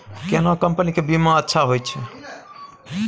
केना कंपनी के बीमा अच्छा होय छै?